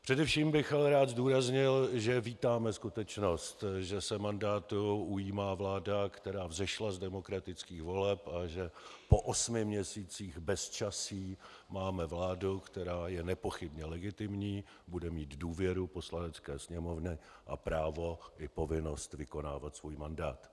Především bych ale rád zdůraznil, že vítáme skutečnost, že se mandátu ujímá vláda, která vzešla z demokratických voleb, a že po osmi měsících bezčasí máme vládu, která je nepochybně legitimní, bude mít důvěru Poslanecké sněmovny a právo i povinnost vykonávat svůj mandát.